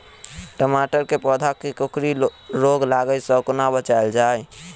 टमाटर केँ पौधा केँ कोकरी रोग लागै सऽ कोना बचाएल जाएँ?